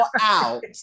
out